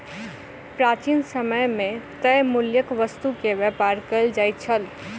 प्राचीन समय मे तय मूल्यक वस्तु के व्यापार कयल जाइत छल